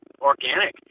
organic